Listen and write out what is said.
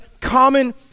common